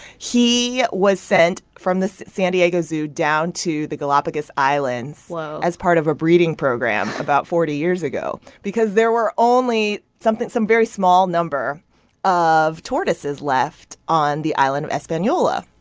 he was sent from the san diego zoo down to the galapagos islands as part of a breeding program about forty years ago because there were only something some very small number of tortoises left on the island of espanola.